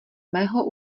mého